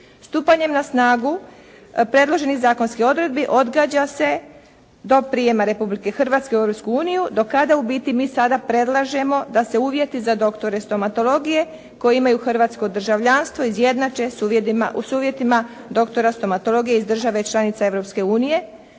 Stupanjem na snagu predloženi zakonski odredbi odgađa se do prijema Republike Hrvatske u Europsku uniju do kada u biti mi sada predlažemo da se uvjeti za doktore stomatologije koji imaju hrvatsko državljanstvo izjednače s uvjetima doktora stomatologije iz države članice